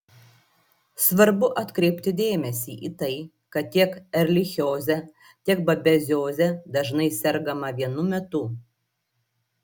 svarbu atkreipti dėmesį į tai kad tiek erlichioze tiek babezioze dažnai sergama vienu metu